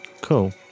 cool